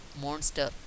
monster